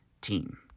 team